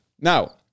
Now